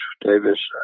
Davis